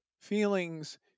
feelings